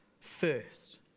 first